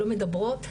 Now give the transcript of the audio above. לא מדברות,